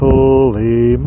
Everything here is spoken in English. Holy